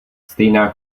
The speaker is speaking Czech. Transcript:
stejná